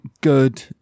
good